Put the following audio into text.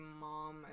mom